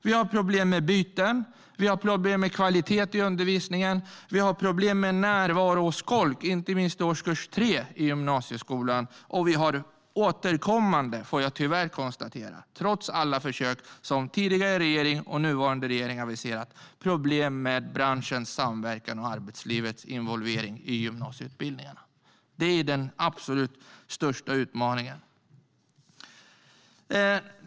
Vi har problem med byten, vi har problem med kvalitet i undervisningen och vi har problem med närvaro och skolk, inte minst i årskurs 3 i gymnasieskolan. Och vi har återkommande, får jag tyvärr konstatera, trots alla försök som tidigare och nuvarande regering har aviserat problem med branschens samverkan och arbetslivets involvering i gymnasieutbildningarna. Det är den absolut största utmaningen.